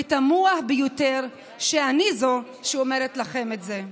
ותמוה ביותר שאני זאת שאומרת לכם את זה.